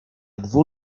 dwu